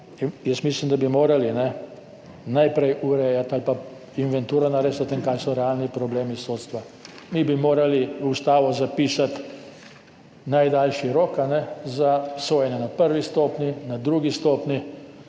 Mislim, da bi morali najprej urejati ali pa inventuro narediti o tem, kaj so realni problemi sodstva. Mi bi morali v ustavo zapisati najdaljši rok za sojenje na prvi stopnji, na drugi stopnji